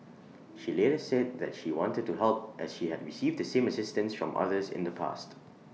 she later said that she wanted to help as she had received the same assistance from others in the past